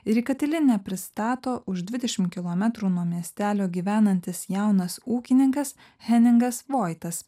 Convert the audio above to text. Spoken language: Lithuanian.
ir į katilinę pristato už dvidešimt kilometrų nuo miestelio gyvenantis jaunas ūkininkas heningas voitas